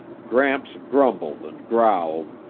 gramps grumbled and growled,